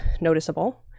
noticeable